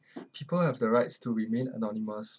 people have the rights to remain anonymous